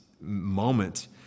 moment